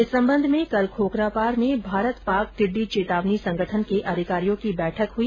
इस संबंध में कल खोखरापार में भारत पाक टिड्डी चेतावनी संगठन के अधिकारियों की बैठक हुई